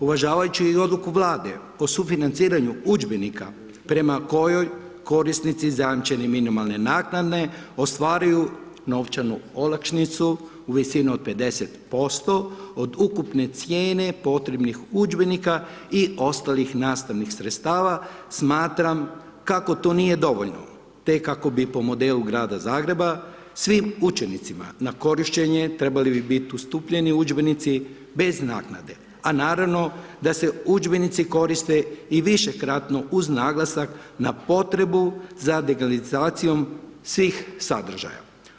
Uvažavajući i Odluku Vlade o sufinanciranju udžbenika prema kojoj korisnici zajamčene minimalne naknade ostvaruju novčanu olakšicu u visini od 50% od ukupne cijene potrebnih udžbenika i ostalih nastavnih sredstava, smatram kako to nije dovoljno, te kako bi po modelu grada Zagreba, svim učenicima na korištenje trebali bi biti ustupljeni udžbenici bez naknade, a naravno da se udžbenici koriste i višekratno uz naglasak na potrebu za digitalizacijom svih sadržaja.